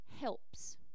helps